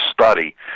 study